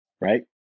right